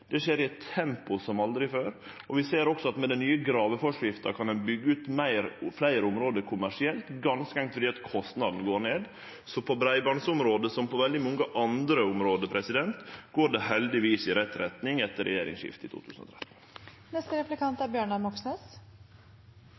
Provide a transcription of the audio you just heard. i eit tempo som aldri før. Vi ser òg at med den nye graveforskrifta kan ein byggje ut fleire område kommersielt ganske enkelt fordi kostnaden går ned. Så på breibandsområdet, som på veldig mange andre område, går det heldigvis i rett retning etter regjeringsskiftet i